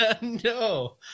No